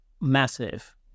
massive